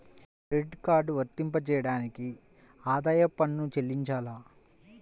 Credit card వర్తింపజేయడానికి ఆదాయపు పన్ను చెల్లించాలా?